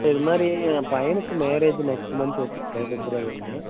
sir இதுமாதிரி என் பையனுக்கு மேரேஜு நெக்ஸ்ட்டு மந்த் வச்சிருக்கேன் ஃபிப்ரவரியில